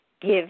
Give